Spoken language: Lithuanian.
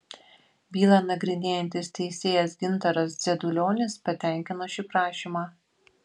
bylą nagrinėjantis teisėjas gintaras dzedulionis patenkino šį prašymą